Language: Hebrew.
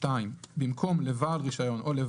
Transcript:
כי שם אנחנו מבקשים לקבוע איזה